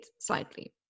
slightly